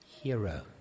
hero